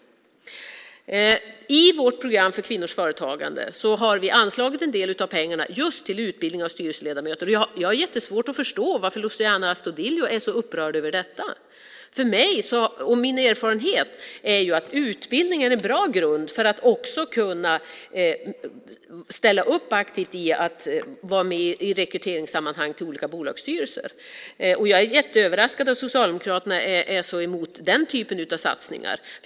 I vårt program för kvinnors företagande har vi anslagit en del av pengarna till just utbildning av styrelseledamöter. Jag har svårt att förstå varför Luciano Astudillo är så upprörd över detta. Min erfarenhet är att utbildning är en bra grund för att också kunna ställa upp aktivt i rekryteringssammanhang. Jag är jätteöverraskad över att Socialdemokraterna är så emot den typen av satsningar.